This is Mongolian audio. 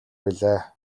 билээ